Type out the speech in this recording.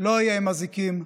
לא יהיה עם אזיקים,